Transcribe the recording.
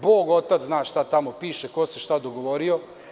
Bog otac zna šta tamo piše, ko se šta dogovorio.